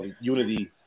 unity